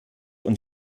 und